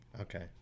Okay